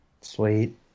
Sweet